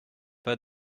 pas